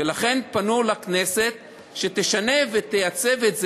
ולכן פנו לכנסת שתשנה ותייצב את זה.